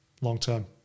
long-term